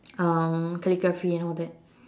um calligraphy and all that